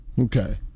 Okay